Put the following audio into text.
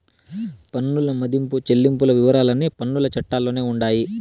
పన్నుల మదింపు చెల్లింపుల వివరాలన్నీ పన్నుల చట్టాల్లోనే ఉండాయి